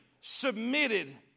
submitted